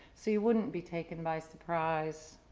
so you wouldn't be taken by surprise.